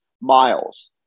miles